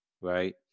right